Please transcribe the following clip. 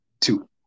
two